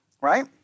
Right